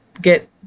get